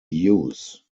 use